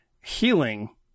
healing